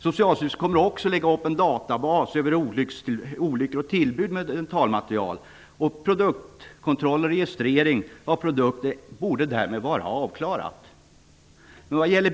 Socialstyrelsen kommer också att lägga upp en databas över olyckor och tillbud med dentalmaterial. Produktkontroll och registrering av produkter borde därmed vara avklarat.